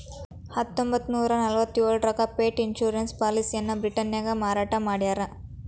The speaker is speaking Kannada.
ಹತ್ತೊಂಬತ್ತನೂರ ನಲವತ್ತ್ಯೋಳರಾಗ ಪೆಟ್ ಇನ್ಶೂರೆನ್ಸ್ ಪಾಲಿಸಿಯನ್ನ ಬ್ರಿಟನ್ನ್ಯಾಗ ಮಾರಾಟ ಮಾಡ್ಯಾರ